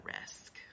risk